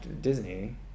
Disney